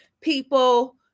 people